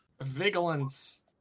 Vigilance